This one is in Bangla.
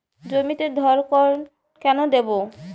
জমিতে ধড়কন কেন দেবো?